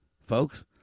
folks